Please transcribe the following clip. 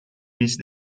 these